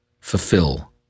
Fulfill